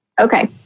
Okay